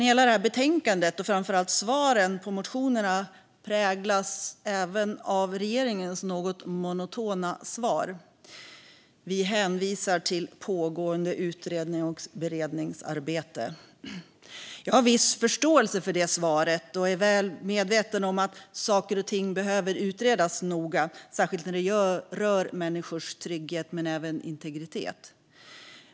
Hela betänkandet och framför allt svaren på motionerna präglas även av regeringens något monotona svar: Vi hänvisar till pågående utrednings och beredningsarbete. Jag har viss förståelse för det svaret och är väl medveten om att saker och ting behöver utredas noga, särskilt när det rör människors trygghet men även integritet.